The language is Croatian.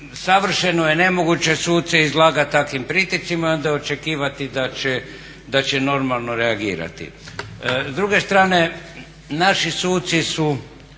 Savršeno je nemoguće suce izlagati takvim pritiscima i onda očekivati da će normalno reagirati. S druge strane naši suci su